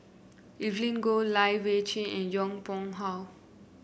Evelyn Goh Lai Weijie and Yong Pung How